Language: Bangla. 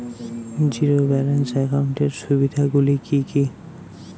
জীরো ব্যালান্স একাউন্টের সুবিধা গুলি কি কি?